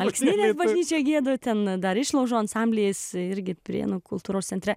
alksninės bažnyčią giedu ten dar išlaužų ansambliais irgi prienų kultūros centre